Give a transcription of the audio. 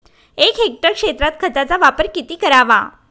एक हेक्टर क्षेत्रात खताचा वापर किती करावा?